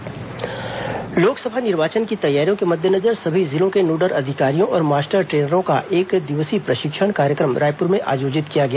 निर्वाचन प्रशिक्षण कार्यक्रम लोकसभा निर्वाचन की तैयारियों के मद्देनजर सभी जिलों के नोडल अधिकारियों और मास्टर ट्रेनरों का एक दिवसीय प्रशिक्षण कार्यक्रम रायपुर में आयोजित किया गया